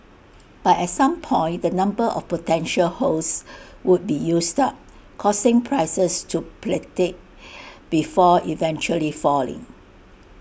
but at some point the number of potential hosts would be used up causing prices to plateau before eventually falling